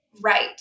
right